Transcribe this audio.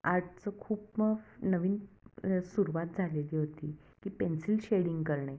आर्टचं खूप नवीन सुरुवात झालेली होती की पेन्सिल शेडिंग करणे